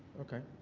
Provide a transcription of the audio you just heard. okay.